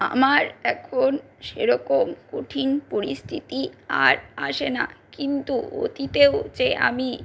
আমার এখন সেরকম কঠিন পরিস্থিতি আর আসে না কিন্তু অতীতেও যে আমি